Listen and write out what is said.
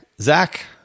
Zach